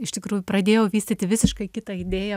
iš tikrųjų pradėjau vystyti visiškai kitą idėją